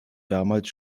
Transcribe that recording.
damals